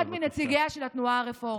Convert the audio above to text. אחד מנציגיה של התנועה הרפורמית.